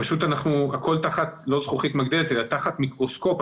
הכול תחת לא זכוכית מגדלת אלא תחת מיקרוסקופ.